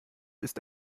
ist